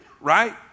right